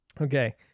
Okay